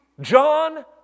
John